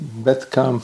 bet kam